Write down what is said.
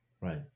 Right